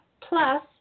plus